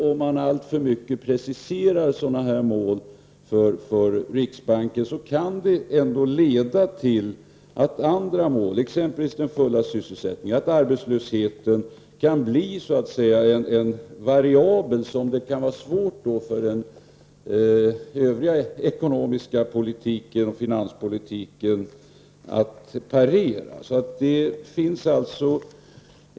Om man alltför mycket preciserar sådana här mål för riksbanken, kan det leda till att andra mål eftersätts, exempelvis den fulla sysselsättningen, så att arbetslösheten blir en variabel som den övriga ekonomiska politiken och finanspolitiken kan ha svårt att parera.